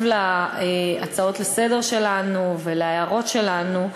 להצעות שלנו לסדר-היום ולהערות שלנו,